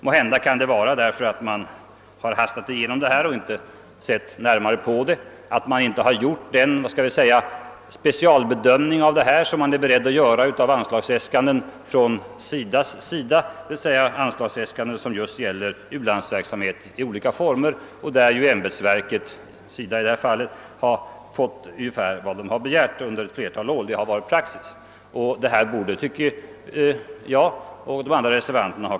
Måhända beror det på att man skyndat igenom frågan och inte gjort den specialbedömning som man är beredd att göra när det gäller anslagsäskanden för andra u-landsändamål från SIDA. Ty dessa äskanden gäller ju en viktig del av u-landsverksamheten.